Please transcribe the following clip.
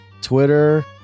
Twitter